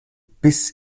bis